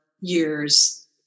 years